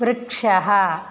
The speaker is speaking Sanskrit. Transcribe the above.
वृक्षः